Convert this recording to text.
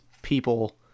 people